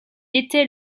était